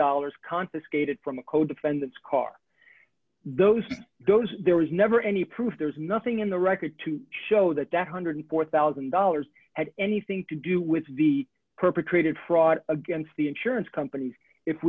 dollars confiscated from the co defendants car those those there was never any proof there's nothing in the record to show that that one hundred and four thousand dollars had anything to do with the perpetrated fraud against the insurance companies if